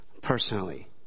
personally